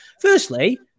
Firstly